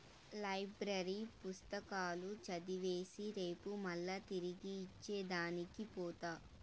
library పుస్తకాలు చదివేసి రేపు మల్లా తిరిగి ఇచ్చే దానికి పోత